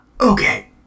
Okay